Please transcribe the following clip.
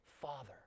father